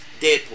Deadpool